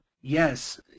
Yes